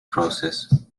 process